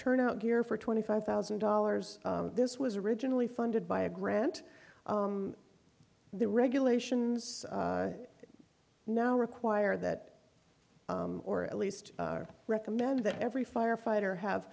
turnout gear for twenty five thousand dollars this was originally funded by a grant the regulations now require that or at least recommend that every firefighter have